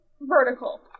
vertical